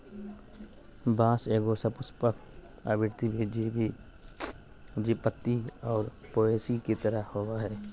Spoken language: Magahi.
बाँस एगो सपुष्पक, आवृतबीजी, बीजपत्री और पोएसी तरह के होबो हइ